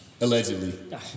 Allegedly